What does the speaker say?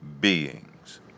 beings